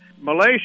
Malaysia